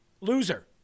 loser